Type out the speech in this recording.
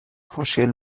خوشگل